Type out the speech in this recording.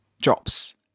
drops